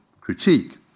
critique